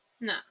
No